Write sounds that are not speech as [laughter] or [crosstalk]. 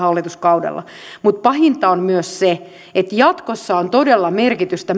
[unintelligible] hallituskaudella mutta pahinta on se että jatkossa on todella merkitystä [unintelligible]